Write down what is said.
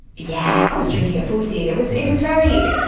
yeah i was drinking at fourteen. it was it was very.